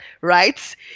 right